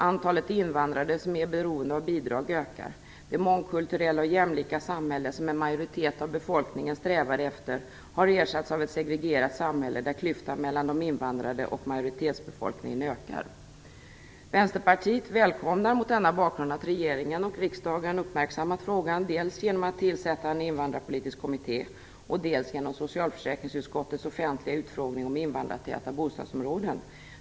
Antalet invandrare som är beroende av bidrag ökar. Det mångkulturella och jämlika samhälle som en majoritet av befolkningen strävar efter har ersatts av ett segregerat samhälle där klyftan mellan de invandrade och majoritetsbefolkningen ökar. Vänsterpartiet välkomnar mot denna bakgrund att regeringen och riksdagen uppmärksammat frågan, dels genom att tillsätta en invandrarpolitisk kommitté, dels genom socialförsäkringsutskottets offentliga utfrågning om invandrartäta bostadsområden.